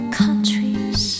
countries